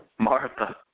Martha